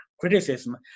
criticism